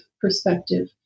perspective